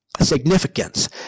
significance